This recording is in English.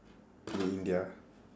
in india